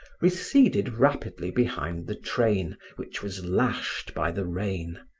receded rapidly behind the train which was lashed by the rain.